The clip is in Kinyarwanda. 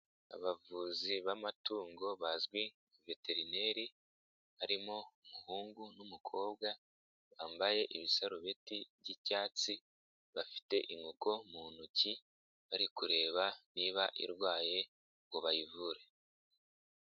Abavuzi b'amatungo bazwi nka Veterinary harimo umuhungu n'umukobwa ,bambaye ibisarubeti by'icyatsi bafite inkoko mu ntoki, bari kureba niba irwaye ngo bayivure.